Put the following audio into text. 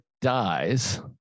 dies